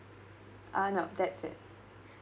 uh no that's it